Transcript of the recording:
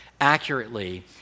accurately